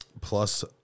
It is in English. Plus